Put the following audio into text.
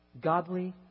Godly